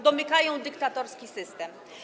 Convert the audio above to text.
domykają dyktatorski system.